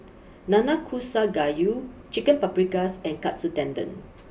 Nanakusa Gayu Chicken Paprikas and Katsu Tendon